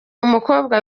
umukobwa